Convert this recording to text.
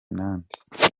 nande